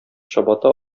чабата